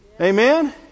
Amen